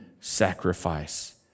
sacrifice